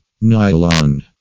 Nylon